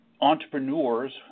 entrepreneurs